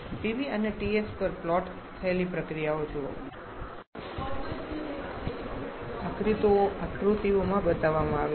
Pv અને Ts પર plot થયેલી પ્રક્રિયાઓ જુઓ આકૃતિઓમાં બતાવવામાં આવી છે